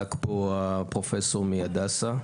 צדק פה הפרופסור מהדסה: